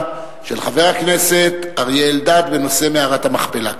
של חבר הכנסת אריה אלדד בנושא: מערת המכפלה.